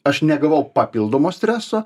aš negavau papildomo streso